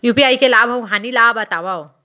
UPI के लाभ अऊ हानि ला बतावव